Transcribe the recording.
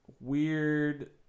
weird